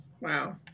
Wow